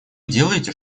делаете